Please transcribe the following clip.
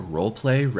Roleplay